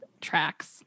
tracks